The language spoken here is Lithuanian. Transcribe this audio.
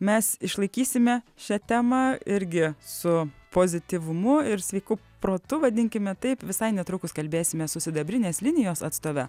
mes išlaikysime šią temą irgi su pozityvumu ir sveiku protu vadinkime taip visai netrukus kalbėsimės su sidabrinės linijos atstove